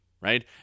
right